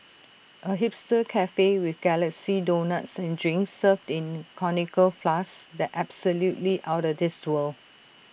A hipster Cafe with galaxy donuts and drinks served in conical flasks that's absolutely outta this world